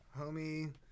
homie